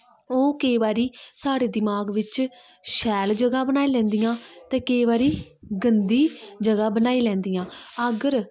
ओह् केईं बारी साढ़े दमाक बिच्च शैल जगह् बनाई लैंदियां ते केईं बारी गंदी जगह् बनाई लैंदियां अगर